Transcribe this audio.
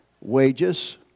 wages